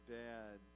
dad